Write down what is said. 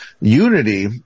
unity